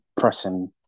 pressing